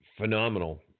Phenomenal